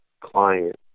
client